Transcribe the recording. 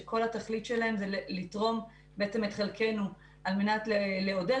החלטות שכל התכלית שלהן זה לתרום את חלקנו כדי לעודד